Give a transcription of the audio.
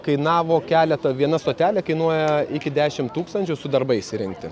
kainavo keletą viena stotelė kainuoja iki dešim tūkstančių su darbais įrengti